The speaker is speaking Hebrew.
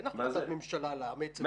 אין החלטת ממשלה לאמץ אותו,